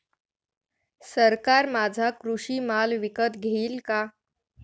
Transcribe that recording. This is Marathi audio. सरकार माझा कृषी माल विकत घेईल का?